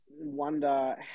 wonder